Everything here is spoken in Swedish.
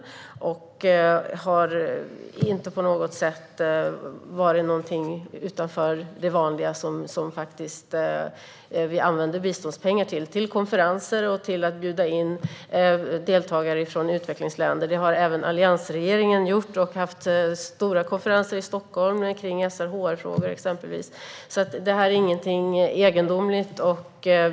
Det har inte varit någonting utöver det vanliga som biståndspengar används till, till exempel konferenser och att bjuda in deltagare från utvecklingsländer. Även alliansregeringen hade stora konferenser i Stockholm, till exempel om SRHR-frågor. Det är inget egendomligt.